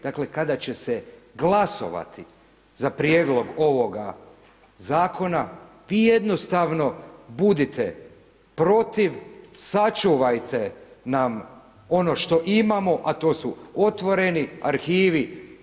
Dakle, kada će se glasovati za prijedlog ovoga zakona vi jednostavno budite protiv, sačuvajte nam ono što imamo, a to su otvoreni arhivi.